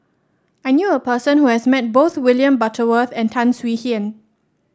I knew a person who has met both William Butterworth and Tan Swie Hian